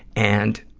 and,